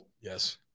Yes